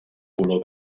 color